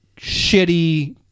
shitty